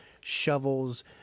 shovels